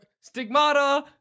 stigmata